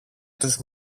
τους